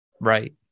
Right